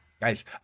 Guys